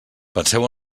penseu